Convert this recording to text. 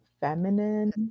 feminine